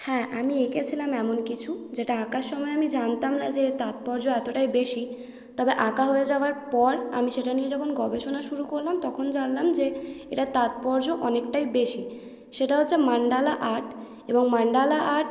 হ্যাঁ আমি এঁকেছিলাম এমন কিছু যেটা আঁকার সময় আমি জানতাম না যে এর তাৎপর্য এতোটাই বেশি তবে আঁকা হয়ে যাবার পর আমি সেটা নিয়ে যখন গবেষণা শুরু করলাম তখন জানলাম যে এটার তাৎপর্য অনেকটাই বেশি সেটা হচ্ছে মান্ডালা আর্ট এবং মান্ডালা আর্ট